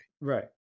Right